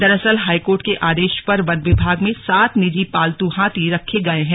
दरअसल हाईकोर्ट के आदेश पर वन विभाग में सात निजी पालतू हाथी रखे गये हैं